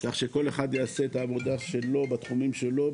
כך שכל אחד יעשה את העבודה שלו בתחומים שלו,